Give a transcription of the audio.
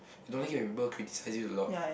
I don't like it when people criticise you a lot